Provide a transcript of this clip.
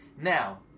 Now